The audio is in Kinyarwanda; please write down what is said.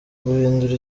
guhindura